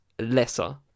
lesser